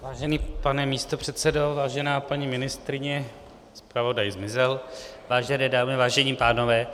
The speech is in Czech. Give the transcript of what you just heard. Vážený pane místopředsedo, vážená paní ministryně, zpravodaj zmizel, vážené dámy, vážení pánové.